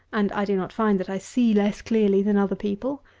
and i do not find that i see less clearly than other people.